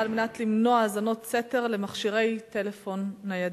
על מנת למנוע האזנות סתר למכשירי טלפון ניידים.